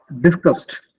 discussed